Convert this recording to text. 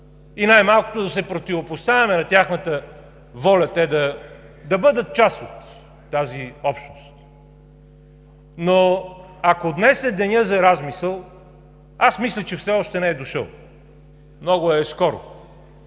и най-малкото – да се противопоставяме на тяхната воля те да бъдат част от тази общност. Но, ако днес е денят за размисъл, аз мисля, че все още не е дошъл, много е скоро,